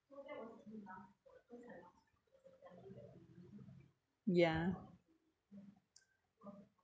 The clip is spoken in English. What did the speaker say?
ya